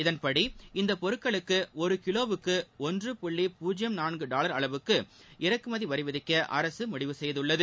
இதன்படி இந்தப் பொருட்களுக்கு ஒரு கிலோவுக்கு ஒன்று புள்ளி பூஜ்யம் நான்கு டாவர் அளவுக்கு இறக்குமதி வரி விதிக்க அரசு முடிவு செய்துள்ளது